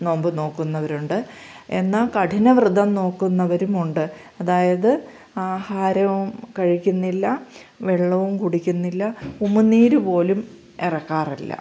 നോമ്പ് നോക്കുന്നവരുണ്ട് എന്നാൽ കഠിനവ്രതം നോക്കുന്നവരുമുണ്ട് അതായത് ആഹാരവും കഴിക്കുന്നില്ല വെള്ളവും കുടിക്കുന്നില്ല ഉമിനീര് പോലും ഇറക്കാറില്ല